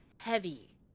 Heavy